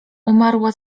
umarła